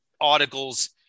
articles